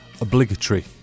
obligatory